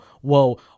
whoa